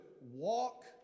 walk